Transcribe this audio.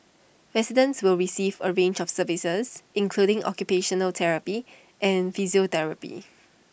residents will receive A range of services including occupational therapy and physiotherapy